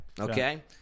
okay